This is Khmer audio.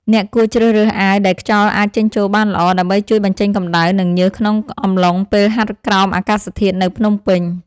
អ្នកគួរជ្រើសរើសអាវដែលខ្យល់អាចចេញចូលបានល្អ ដើម្បីជួយបញ្ចេញកម្ដៅ និងញើសក្នុងអំឡុងពេលហាត់ក្រោមអាកាសធាតុនៅភ្នំពេញ។